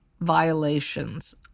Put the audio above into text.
violations